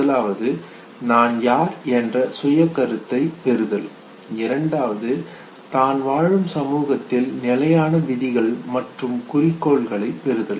முதலாவது நான் யார் என்ற சுய கருத்தாக்கத்தைப் பெறுதல் இரண்டாவது தான் வாழும் சமூகத்தில் நிலையான விதிகள் மற்றும் குறிக்கோள்களைப் பெறுதல்